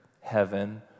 heaven